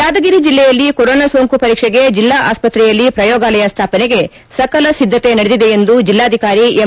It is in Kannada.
ಯಾದಗಿರಿ ಜಲ್ಲೆಯಲ್ಲಿ ಕೊರೊನಾ ಸೋಂಕು ಪರೀಕ್ಷೆಗೆ ಜಲ್ಲಾ ಆಸ್ಪತ್ತೆಯಲ್ಲಿ ಶ್ರಯೋಗಾಲಯ ಸ್ಥಾಪನೆಗೆ ಸಕಲ ಸಿದ್ದತೆ ನಡೆದಿದೆ ಎಂದು ಜಿಲ್ಲಾಧಿಕಾರಿ ಎಂ